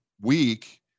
week